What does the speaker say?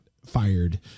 fired